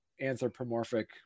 anthropomorphic